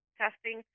testing